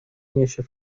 niesie